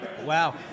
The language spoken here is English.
Wow